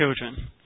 children